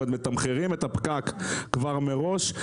מתמחרים את הפקק כבר מראש.